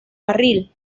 carril